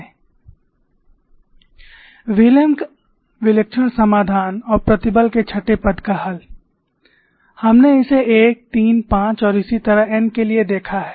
William's Singular Solution and Six term Solution of stress Function William का विलक्षण समाधान और प्रतिबल के छठे पद का हल हमने इसे 1 3 5 और इसी तरह n के लिए देखा है